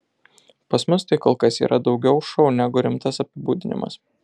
pas mus tai kol kas yra daugiau šou negu rimtas apibūdinimas